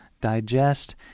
digest